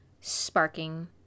sparking